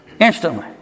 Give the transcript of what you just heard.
Instantly